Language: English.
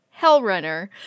Hellrunner